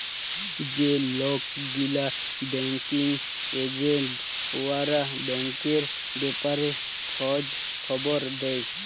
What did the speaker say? যে লক গিলা ব্যাংকিং এজেল্ট উয়ারা ব্যাংকের ব্যাপারে খঁজ খবর দেই